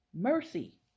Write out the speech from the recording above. mercy